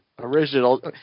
original